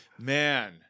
Man